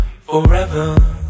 forever